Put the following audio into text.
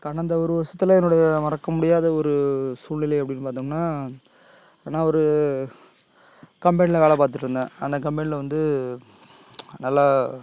கடந்த ஒரு வருஷத்தில் என்னோட மறக்க முடியாத ஒரு சூழ்நிலை அப்படின்னு பார்த்தோம்னா நான் ஒரு கம்பெனியில வேலை பார்த்துட்ருந்தேன் அந்த கம்பெனியில வந்து நல்லா